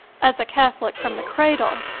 as a catholic from the cradle,